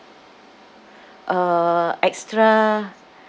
uh extra